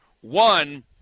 One